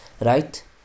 right